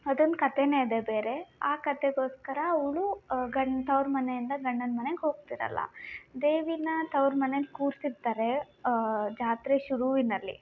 ಅದೊಂದು ಕತೆ ಇದೆ ಬೇರೇ ಆ ಕತೆಗೋಸ್ಕರ ಅವಳು ಗಂಡ ತೌರು ಮನೆಯಿಂದ ಗಂಡನ ಮನೆಗೆ ಹೋಗ್ತಿರಲ್ಲಾ ದೇವಿನಾ ತೌರು ಮನೇಲಿ ಕೂರಿಸಿರ್ತಾರೆ ಜಾತ್ರೆ ಶುರುವಿನಲ್ಲಿ